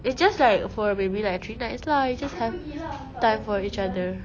it's just like for maybe like three nights lah you just have time for each other